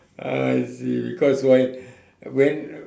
I see cause why when